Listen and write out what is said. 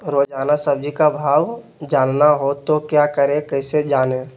रोजाना सब्जी का भाव जानना हो तो क्या करें कैसे जाने?